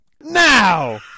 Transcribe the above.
Now